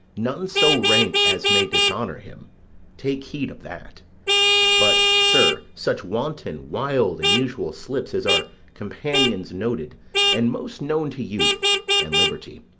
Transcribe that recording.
none so rank as may dishonour him take heed of that but, sir, such wanton, wild, and usual slips as are companions noted and most known to youth and liberty.